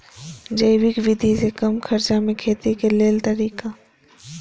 जैविक विधि से कम खर्चा में खेती के लेल तरीका?